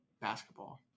basketball